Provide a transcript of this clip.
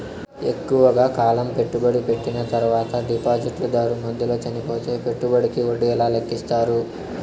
ఎక్కువగా కాలం పెట్టుబడి పెట్టిన తర్వాత డిపాజిట్లు దారు మధ్యలో చనిపోతే పెట్టుబడికి వడ్డీ ఎలా లెక్కిస్తారు?